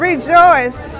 Rejoice